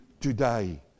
today